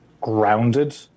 grounded